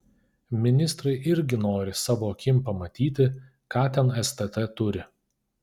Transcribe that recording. ministrai irgi nori savo akim pamatyti ką ten stt turi